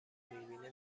میبینه